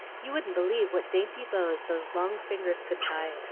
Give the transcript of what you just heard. you wouldn't believe what dainty bows those long fingers could tie,